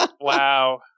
Wow